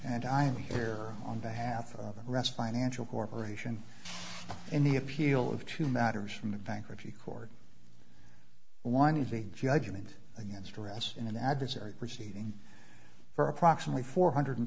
and i'm here on behalf of the rest financial corporation in the appeal of two matters from the bankruptcy court one is a judgment against arrest in an adversary proceeding for approximately four hundred